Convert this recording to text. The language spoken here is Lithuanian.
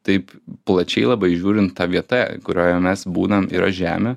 taip plačiai labai žiūrint ta vieta kurioje mes būnam yra žemė